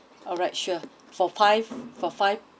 alright sure for five for five